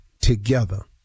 together